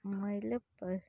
ᱢᱟᱹᱭᱞᱟᱹ ᱯᱟᱹ